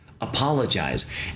Apologize